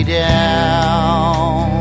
down